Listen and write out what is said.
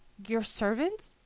your servant?